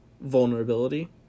Vulnerability